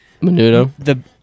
Menudo